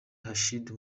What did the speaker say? hashize